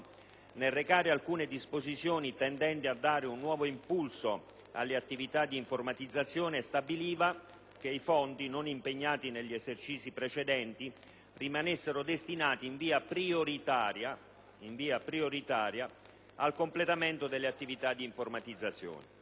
nel recare alcune disposizioni tendenti a dare un nuovo impulso alle attività di informatizzazione, stabiliva che i fondi non impegnati negli esercizi precedenti rimanessero destinati in via prioritaria - in via prioritaria - al completamento delle attività di informatizzazione.